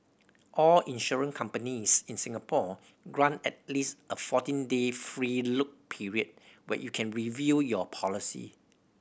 all insurance companies in Singapore grant at least a fourteen day free look period where you can review your policy